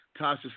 Tasha